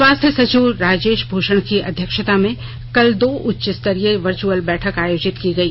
स्वास्थ्य सचिव राजेश भूषण की अध्यक्षता में कल दो उच्चस्तरीय वर्चुअल बैठक आयोजित की गई